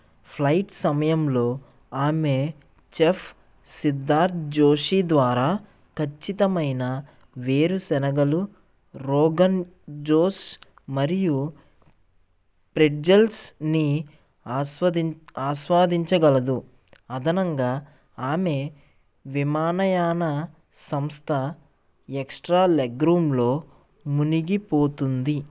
flight సమయంలో ఆమె chef Siddharth Joshi ద్వారా ఖచ్చితమైన వేరుశెనగలు రోగన్ జోస్ మరియు ప్రెట్జెల్స్ని అస్వదిం ఆస్వాదించగలదు అదనంగా ఆమె విమానయాన సంస్థ ఎక్స్ట్రా లెగ్ రూమ్లో మునిగిపోతుంది